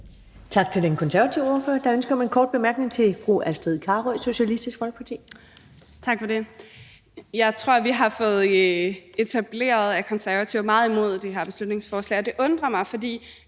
Tak til den konservative ordfører. Der er ønske om en kort bemærkning fra fru Astrid Carøe, Socialistisk Folkeparti. Kl. 11:25 Astrid Carøe (SF): Tak for det. Jeg tror, vi har fået etableret, at Konservative er meget imod det her beslutningsforslag, og det undrer mig, fordi